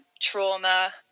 trauma